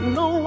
no